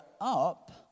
up